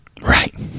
Right